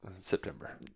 September